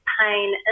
pain